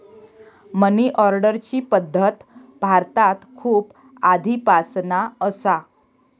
मनी ऑर्डरची पद्धत भारतात खूप आधीपासना असा